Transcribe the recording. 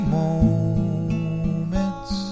moments